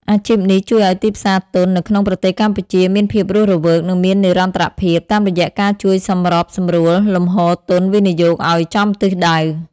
អាជីពនេះជួយឱ្យទីផ្សារទុននៅក្នុងប្រទេសកម្ពុជាមានភាពរស់រវើក និងមាននិរន្តរភាព តាមរយៈការជួយសម្របសម្រួលលំហូរទុនវិនិយោគឱ្យចំទិសដៅ។